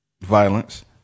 violence